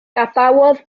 gadawodd